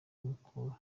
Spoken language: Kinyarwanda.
mukura